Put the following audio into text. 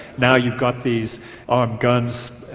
now you've got these armed guns.